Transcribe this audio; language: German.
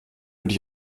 würde